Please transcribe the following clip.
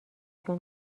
چون